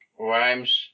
rhymes